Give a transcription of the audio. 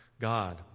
God